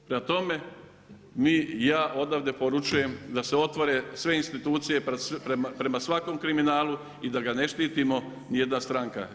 Prema tome, mi i ja odavde poručujem da se otvore sve institucije prema svakom kriminalu i da ga ne štiti, ni jedna stranka.